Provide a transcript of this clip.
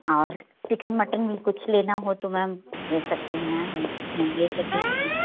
और chicken mutton में कुछ लेना हो तो मैम ले सकती हैं हम हम ये सब भी